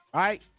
right